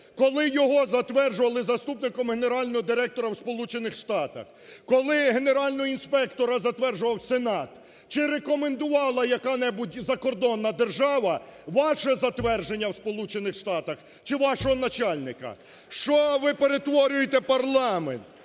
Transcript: Коли його затверджували заступником генерального директора у Сполучених Штатах, коли генерального інспектора затверджував Сенат, чи рекомендувала яка-небудь закордонна держава ваше затвердження у Сполучених Штатах чи вашого начальника? У що ви перетворюєте парламент?